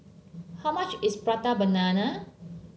how much is Prata Banana